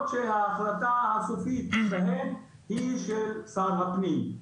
שההחלטה הסופית בהן היא של שר הפנים.